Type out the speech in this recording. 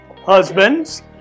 husbands